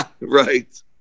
Right